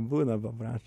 būna paprašo